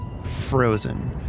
frozen